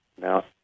now